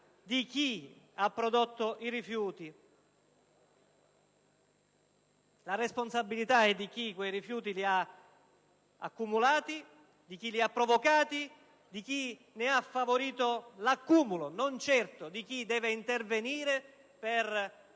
di chi ha prodotto i rifiuti. La responsabilità è di chi quei rifiuti li ha prodotti, di chi li ha provocati, di chi ne ha favorito l'accumulo; non certo di chi deve intervenire per